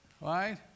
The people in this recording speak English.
right